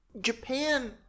Japan